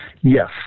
Yes